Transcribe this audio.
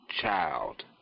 child